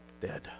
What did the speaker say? dead